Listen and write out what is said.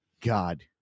God